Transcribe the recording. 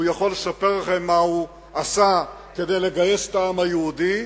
הוא יכול לספר לכם מה הוא עשה כדי לגייס את העם היהודי.